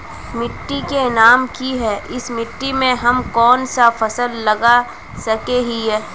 मिट्टी के नाम की है इस मिट्टी में हम कोन सा फसल लगा सके हिय?